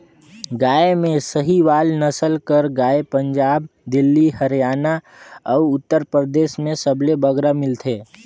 गाय में साहीवाल नसल कर गाय पंजाब, दिल्ली, हरयाना अउ उत्तर परदेस में सबले बगरा मिलथे